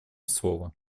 слово